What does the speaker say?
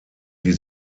die